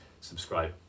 subscribe